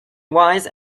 wise